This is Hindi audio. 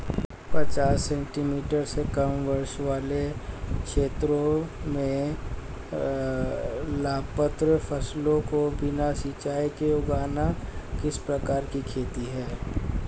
पचास सेंटीमीटर से कम वर्षा वाले क्षेत्रों में लाभप्रद फसलों को बिना सिंचाई के उगाना किस प्रकार की खेती है?